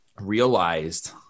realized